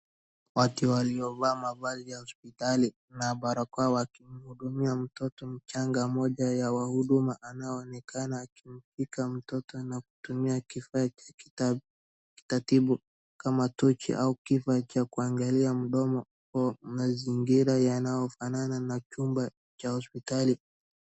Watu waliovaa mavazi ya hospitali na barakoa wakimhudumia mtoto mchanga, mmoja ya mahudumu anaonekana akimshika mtoto na kutumia kifaa cha kikatibu kama tochi au cha kuangalia mdomo mazingira yanaofanana na chumba cha hospitali.